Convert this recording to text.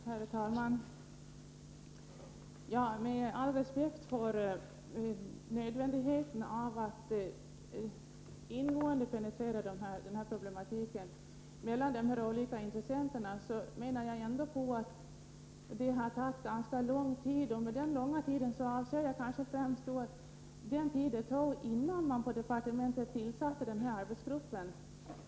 Herr talman! Med all respekt för nödvändigheten av att ingående penetrera problematiken när det gäller de olika intressenterna menar jag ändå att det har tagit ganska lång tid, och då avser jag kanske främst den tid det tog innan man på departementet tillsatte arbetsgruppen.